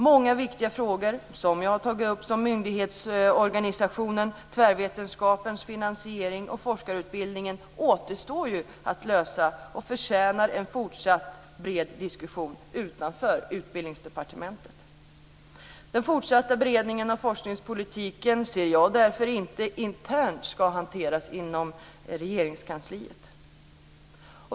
Många viktiga frågor - jag har tagit upp myndighetsorganisationen, tvärvetenskapens finansiering och forskarutbildningen - återstår att lösa och förtjänar en fortsatt bred diskussion utanför Utbildningsdepartementet. Jag anser därför att den fortsatta beredningen av forskningspolitiken inte ska hanteras internt inom Regeringskansliet.